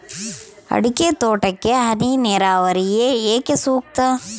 ಅಡಿಕೆ ತೋಟಕ್ಕೆ ಹನಿ ನೇರಾವರಿಯೇ ಏಕೆ ಸೂಕ್ತ?